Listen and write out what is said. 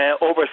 over